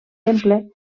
temple